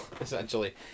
essentially